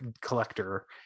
collector